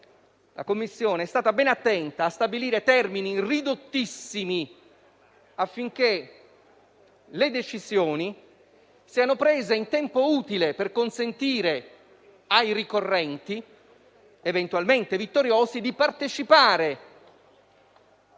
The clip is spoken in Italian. la Commissione è stata ben attenta a stabilire termini ridottissimi affinché le decisioni siano prese in tempo utile per consentire ai ricorrenti, eventualmente vittoriosi, di partecipare